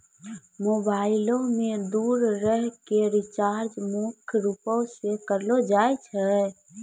मोबाइलो मे दू तरह के रीचार्ज मुख्य रूपो से करलो जाय छै